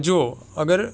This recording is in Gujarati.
જુઓ અગર